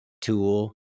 tool